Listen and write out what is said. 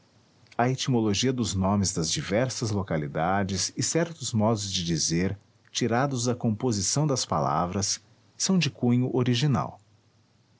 a etimologia dos nomes das diversas localidades e certos modos de dizer tirados da composição das palavras são de cunho original